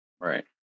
Right